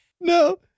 No